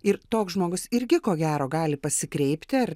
ir toks žmogus irgi ko gero gali pasikreipti ar